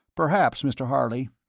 perhaps, mr. harley,